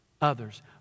others